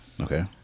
Okay